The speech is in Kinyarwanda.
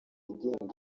agenga